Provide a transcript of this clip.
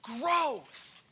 growth